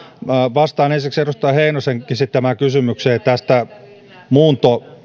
vastaan ensiksi edustaja heinosen esittämään kysymykseen tästä muunto